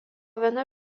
viena